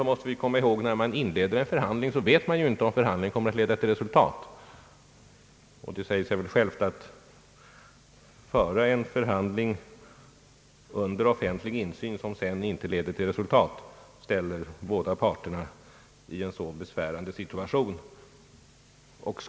Vi måste dessutom komma ihåg att man, när man inleder en förhandling, inte vet om den kommer att leda till resultat. Det säger sig väl självt att båda parter ställs i en mycket besvärlig situation om de skall föra en förhandling under offentlig insyn och förhandlingen sedan inte leder till resultat.